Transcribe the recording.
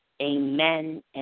amen